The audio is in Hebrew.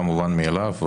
לא מובן מאליו,